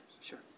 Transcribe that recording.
Sure